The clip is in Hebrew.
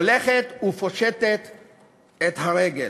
הולכת ופושטת את הרגל.